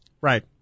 Right